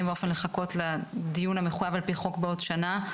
ואופן לחכות לדיון המחויב על פי חוק בעוד שנה.